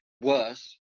worse